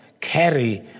carry